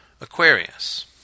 Aquarius